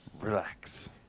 Relax